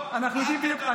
אותם לרשות הפלסטינית.